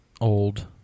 old